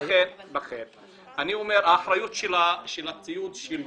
לכן אני אומר: האחריות על הציוד שלו,